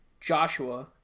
Joshua